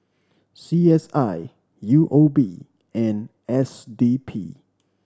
C S I U O B and S D P